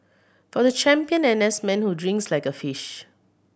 for the champion N S man who drinks like a fish